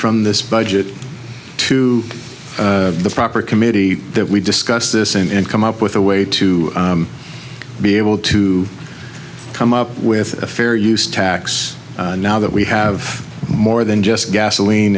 from this budget to the proper committee that we discuss this and come up with a way to be able to come up with a fair use tax now that we have more than just gasoline